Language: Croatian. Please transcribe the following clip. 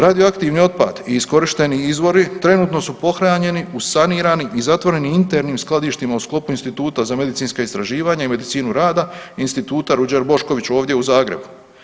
Radioaktivni otpad i iskorišteni izvori trenutno su pohranjeni u sanirani i zatvoreni u internim skladištima u sklopu Instituta za medicinska istraživanja i medicinu rada Instituta Ruđer Bošković ovdje u Zagrebu.